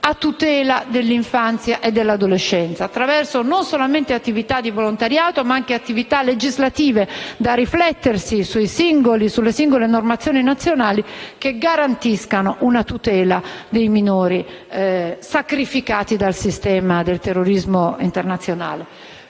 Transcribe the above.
a tutela dell'infanzia e dell'adolescenza, non solamente attraverso attività di volontariato, ma anche tramite azioni legislative da riflettersi sulle singole normative nazionali, che garantiscano una tutela dei minori sacrificati dal sistema del terrorismo internazionale.